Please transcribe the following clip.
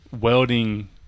welding